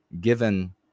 given